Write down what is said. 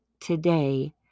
today